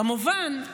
כמובן,